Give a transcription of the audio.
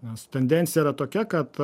nes tendencija yra tokia kad